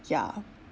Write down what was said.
ya